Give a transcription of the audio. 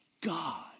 God